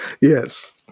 yes